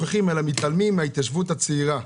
ומתעלמים מן ההתיישבות הצעירה.